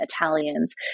Italians